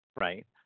Right